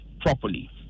properly